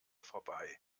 vorbei